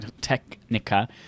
Technica